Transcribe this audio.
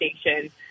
station